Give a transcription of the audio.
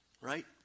right